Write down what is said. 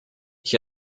ich